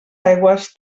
aigües